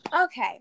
Okay